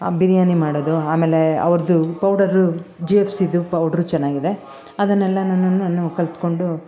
ಬಿರ್ಯಾನಿ ಮಾಡೋದು ಆಮೇಲೆ ಅವರದು ಪೌಡರು ಜಿ ಎಫ್ ಸಿದು ಪೌಡ್ರು ಚೆನ್ನಾಗಿದೆ ಅದನ್ನೆಲ್ಲನುನು ನಾನು ಕಲ್ತ್ಕೊಂಡು